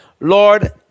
lord